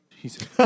Jesus